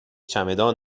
چمدان